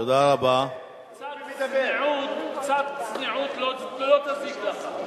קצת צניעות לא תזיק לך.